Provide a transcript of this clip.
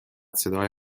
صدای